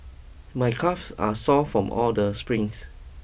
my calves are sore from all the sprints